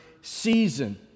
season